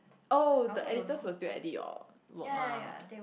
oh the editors will still edit your work lah